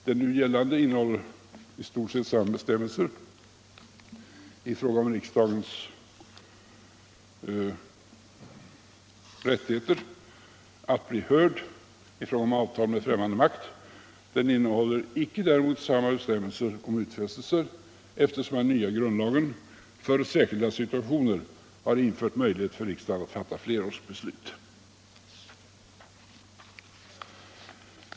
Den nu gällande innehåller i stort sett samma bestämmelser i fråga om riksdagens rättigheter att bli hörd när det gäller avtal med främmande makt. Den innehåller däremot icke samma bestämmelser om utfästelser, eftersom den nya grundlagen för särskilda situationer har infört möjlighet för riksdagen att fatta flerårsbeslut.